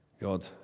God